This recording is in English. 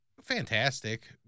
fantastic